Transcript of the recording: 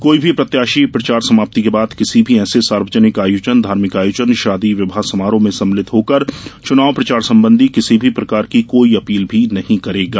कोई भी प्रत्याशी प्रचार समाप्ति के बाद किसी भी ऐसे सार्वजनिक आयोजन धार्मिक आयोजन शादी विवाह समारोह में सम्मिलित होकर चुनाव प्रचार संबंधी किसी भी प्रकार की कोई अपील भी नहीं करेगा